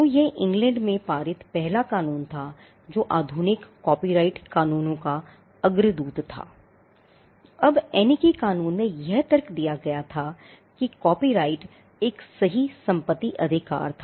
तो यह इंग्लैंड में पारित पहला क़ानून था जो आधुनिक कॉपीराइट कानूनों का अग्रदूत था